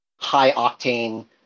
high-octane